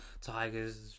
Tiger's